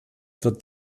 wird